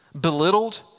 belittled